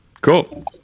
Cool